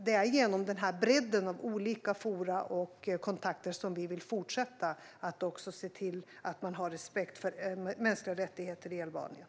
Det är genom bredden av olika forum och kontakter som vi vill fortsätta att se till att man har respekt för mänskliga rättigheter i Albanien.